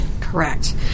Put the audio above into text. correct